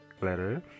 letter